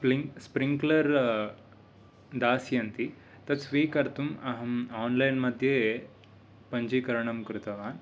स्प्रिन् sprinkler दास्यन्ति तत् स्वीकर्तुम् अहम् आन्लैन् मध्ये पञ्जीकरणं कृतवान्